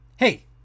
Hey